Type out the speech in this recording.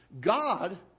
God